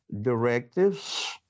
directives